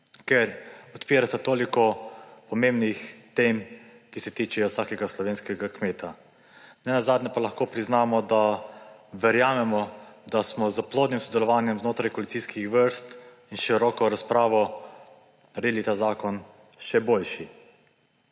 namreč toliko pomembnih tem, ki se tičejo vsakega slovenskega kmeta. Nenazadnje pa lahko priznamo, da verjamemo, da smo s plodnim sodelovanjem znotraj koalicijskih vrst in široko razpravo naredili ta zakon še boljši.